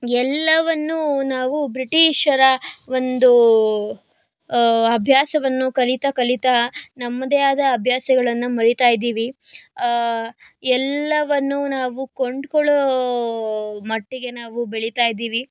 ಎಲ್ಲವನ್ನೂ ನಾವು ಬ್ರಿಟೀಷರ ಒಂದು ಅಭ್ಯಾಸವನ್ನು ಕಲಿತ ಕಲಿತ ನಮ್ಮದೇ ಆದ ಅಭ್ಯಾಸಗಳನ್ನು ಮರೀತಾ ಇದ್ದೀವಿ ಎಲ್ಲವನ್ನು ನಾವು ಕೊಂಡ್ಕೊಳ್ಳೋ ಮಟ್ಟಿಗೆ ನಾವು ಬೆಳೀತಾ ಇದ್ದೀವಿ